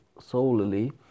solely